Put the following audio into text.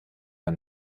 der